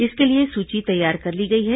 इसके लिए सूची तैयार कर ली गई है